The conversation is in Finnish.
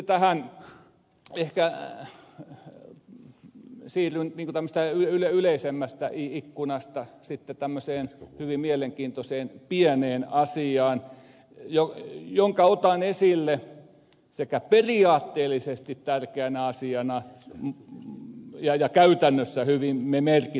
sitten siirryn niin kuin tämmöisestä yleisemmästä ikkunasta tämmöiseen hyvin mielenkiintoiseen pieneen asiaan jonka otan esille sekä periaatteellisesti tärkeänä asiana ja käytännössä hyvin merkittävänä